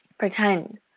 Pretend